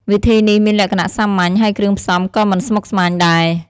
វិធីនេះមានលក្ខណៈសាមញ្ញ ហើយគ្រឿងផ្សំក៏មិនស្មុគស្មាញដែរ។